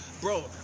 Bro